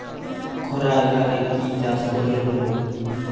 খরা এলাকায় কি চাষ করলে ভালো?